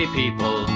people